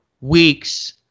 weeks